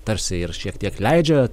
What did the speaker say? tarsi ir šiek tiek leidžia